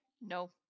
No